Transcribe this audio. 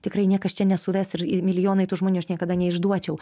tikrai niekas čia nesuves ir ir milijonai tų žmonių aš niekada neišduočiau